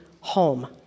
home